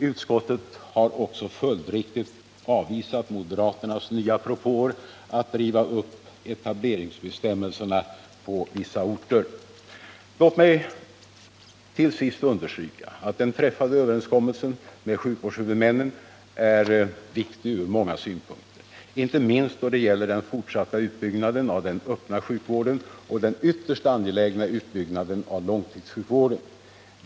Utskottet har också följdriktigt avvisat moderaternas nya propåer att riva upp etableringsbestämmelserna på vissa orter. Låt mig till sist understryka att den träffade överenskommelsen med sjukvårdshuvudmännen är viktig ur många synpunkter — inte minst då det gäller den fortsatta utbyggnaden av den öppna sjukvården och den ytterst angelägna utbyggnaden av långtidssjukvården.